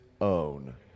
own